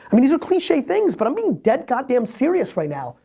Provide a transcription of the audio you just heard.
i mean these are cliche things but i'm being dead goddamn serious right now.